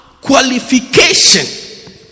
qualification